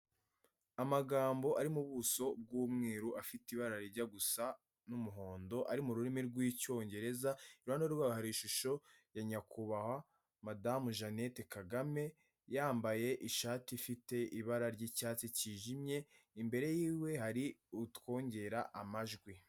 Amagambo ari mu buso bw'umweru afite ibara rijya gusa n'umuhondo ari mu rurimi rw'icyongereza, iruhande rwayo hari ishusho ya Nyakubahwa Madamu Jeannette Kagame yambaye ishati ifite ibara ry'icyatsi cyijimye, imbere yiwe hari utwongera amajwi.